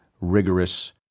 rigorous